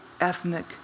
ethnic